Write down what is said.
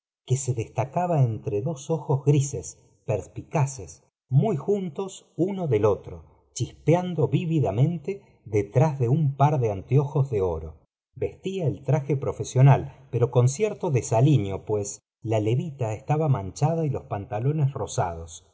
que se destacaba entre dos ojos grisee perspicaces muy juntos uno del otro chispeando vividamente detrás de un par de anteojos de oro vestía el traje profesional pero con cierto desaliño pues la levita estaba manchada y loe pantalones rozados